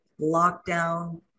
lockdown